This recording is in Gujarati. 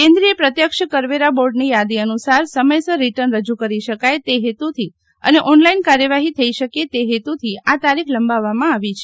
કેન્દ્રિય પત્યક્ષ કરવેરા બોર્ડની યાદી અનુસાર સમયસર રીટર્ન હજૂ કરી શકાય તે હેતુથી અને ઓનલાઈન કાર્યવાહી થઈ શકે તે હેતુથ આ તારીખ લંબાવવામાં આવી છે